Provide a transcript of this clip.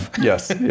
Yes